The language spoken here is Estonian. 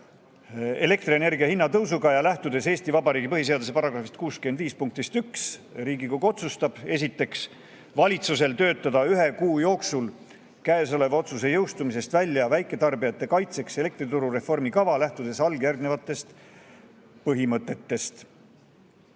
erakorralise tõusuga ja lähtudes Eesti Vabariigi põhiseaduse § 65 punktist 1, Riigikogu otsustab, esiteks, valitsusel töötada ühe kuu jooksul käesoleva otsuse jõustumisest välja väiketarbijate kaitseks elektrituru reformi kava lähtudes alljärgnevatest põhimõtetest.